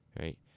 right